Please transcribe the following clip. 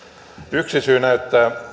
yksi syy näyttää